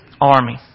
army